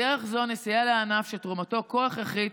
בדרך זו נסייע לענף שתרומתו כה הכרחית